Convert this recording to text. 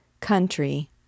country